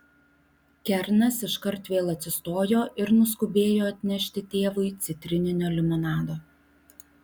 kernas iškart vėl atsistojo ir nuskubėjo atnešti tėvui citrininio limonado